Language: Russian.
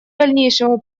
дальнейшего